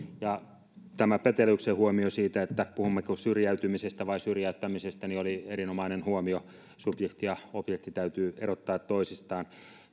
ja tämä peteliuksen huomio siitä puhummeko syrjäytymisestä vai syrjäyttämisestä oli erinomainen huomio subjekti ja objekti täytyy erottaa toisistaan